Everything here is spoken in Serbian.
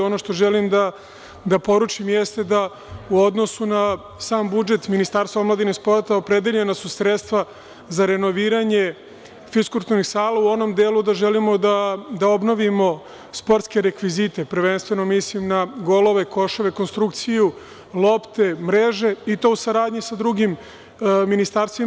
Ono što želim da poručim, jeste da u odnosu na sam budžet Ministarstva omladine i sporta opredeljena su sredstva za renoviranje fiskulturnih sala u onom delu da želimo da obnovimo sportske rekvizite, a prvenstveno mislim na golove, koševe, konstrukciju, lopte, mreže, i to u saradnji sa drugim ministarstvima.